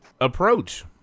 approach